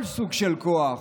כל סוג של כוח,